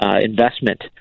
investment